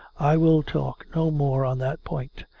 i will talk no more on that point.